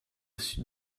sud